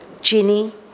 Ginny